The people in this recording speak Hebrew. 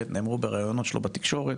ב' נאמרו בראיונות שלו בתקשורת.